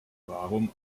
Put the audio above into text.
warum